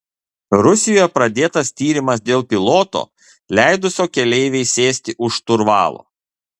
rusijoje pradėtas tyrimas dėl piloto leidusio keleivei sėsti už šturvalo